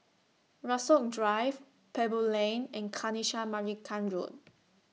Rasok Drive Pebble Lane and Kanisha Marican Road